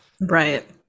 right